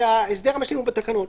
וההסדר המשלים הוא בתקנון.